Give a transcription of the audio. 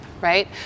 right